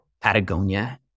Patagonia